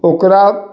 ओकरा